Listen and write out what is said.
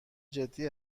جدی